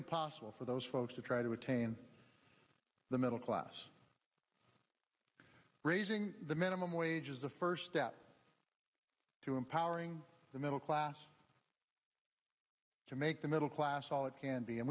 impossible for those folks to try to attain the middle class raising the minimum wage is the first step to empowering the middle class to make the middle class all it can be and